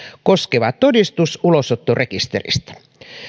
koskeva todistus ulosottorekisteristä